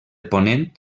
ponent